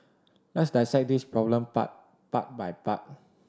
let's dissect this problem part part by part